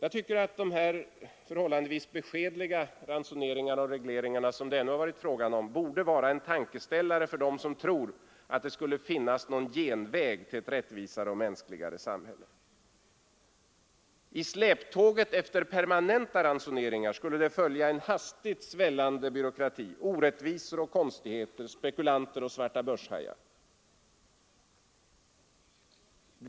Jag tycker att de förhållandevis beskedliga ransoneringar och regleringar som det hittills varit fråga om borde vara en tankeställare för dem som tror att det skulle finnas någon genväg till ett rättvisare och mänskligare sam hälle. I släptåget på permanenta ransoneringar skulle det följa en hastigt svällande byråkrati, orättvisor och konstigheter, spekulanter och svartbörshajar.